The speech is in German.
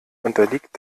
unterliegt